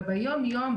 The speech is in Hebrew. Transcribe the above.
וביום-יום,